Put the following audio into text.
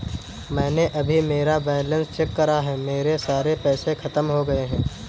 मैंने अभी मेरा बैलन्स चेक करा है, मेरे सारे पैसे खत्म हो गए हैं